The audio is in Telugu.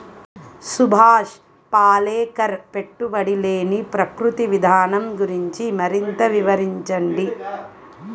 సుభాష్ పాలేకర్ పెట్టుబడి లేని ప్రకృతి విధానం గురించి మరింత వివరించండి